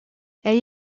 elle